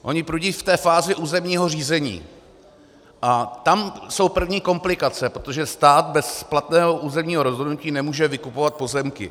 Oni prudí v té fázi územního řízení a tam jsou první komplikace, protože stát bez platného územního rozhodnutí nemůže vykupovat pozemky.